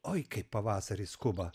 oi kaip pavasaris skuba